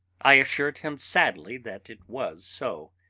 i assured him sadly that it was so,